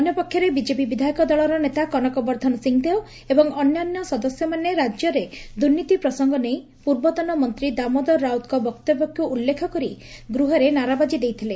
ଅନ୍ୟପକ୍ଷରେ ବିଜେପି ବିଧାୟକ ଦଳର ନେତା କନକ ବର୍ବ୍ଧନ ସିଂଦେଓ ଏବଂ ଅନ୍ୟାନ୍ୟ ସଦସ୍ୟମାନେ ରାକ୍ୟରେ ଦୁର୍ନୀତି ପ୍ରସଙ୍ଗ ନେଇ ପୂର୍ବତନ ମନ୍ତୀ ଦାମୋଦର ରାଉତଙ୍କ ବକ୍ତବ୍ୟକୁ ଉଲ୍ଲେଖ କରି ଗୂହରେ ନାରାବାଜି ଦେଇଥିଲେ